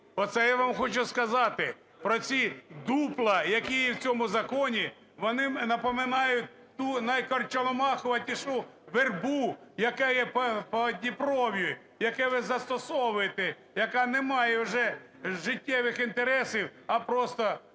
Оце я вам хочу сказати про ці дупла, які в цьому законі вони напоминають ту найкорчовомаховатішу вербу, яка є по Дніпрові, яке ви застосовуєте, яка не має вже життєвих інтересів, а просто